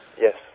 Yes